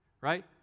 right